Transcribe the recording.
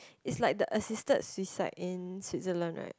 is like the assisted suicide in Switzerland right